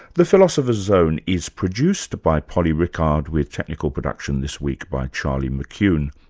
the philosopher's zone is produced by polly rickard with technical production this week by charlie mckune.